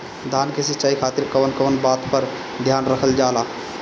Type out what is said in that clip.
धान के सिंचाई खातिर कवन कवन बात पर ध्यान रखल जा ला?